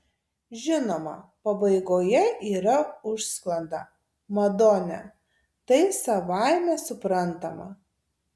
žinoma pabaigoje yra užsklanda madone tai savaime suprantama